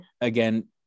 Again